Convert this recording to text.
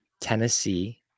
Tennessee